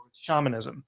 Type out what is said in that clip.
shamanism